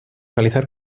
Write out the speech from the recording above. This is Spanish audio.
realizar